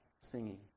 singing